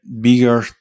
bigger